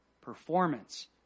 performance